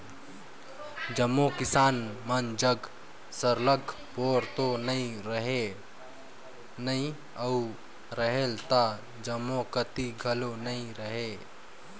जम्मो किसान मन जग सरलग बोर तो रहें नई अउ रहेल त जम्मो कती घलो नी रहे